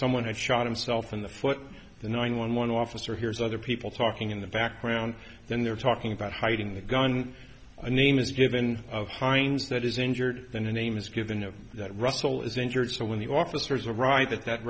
someone had shot himself in the foot the nine one one officer hears other people talking in the background then they're talking about hiding the gun a name is given of hines that is injured the name is given that russell is injured so when the officers arrived at that